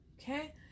Okay